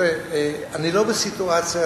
אני לא בסיטואציה,